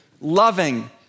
loving